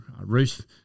roof